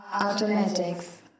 automatics